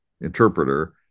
interpreter